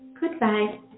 Goodbye